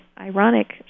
ironic